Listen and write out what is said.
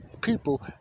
people